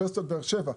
כמו אוניברסיטת באר שבע,